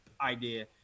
idea